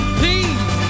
please